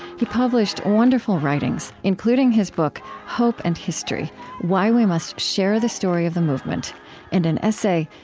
he published wonderful writings, including his book hope and history why we must share the story of the movement and an essay,